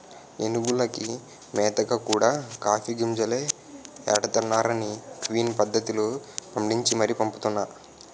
ఏనుగులకి మేతగా కూడా కాఫీ గింజలే ఎడతన్నారనీ క్విన్ పద్దతిలో పండించి మరీ పంపుతున్నా